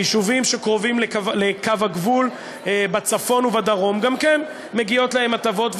ליישובים שקרובים לקו הגבול בצפון ובדרום גם כן מגיעות הטבות,